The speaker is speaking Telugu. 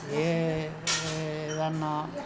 ఏ ఏదైనా